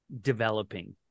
developing